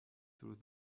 through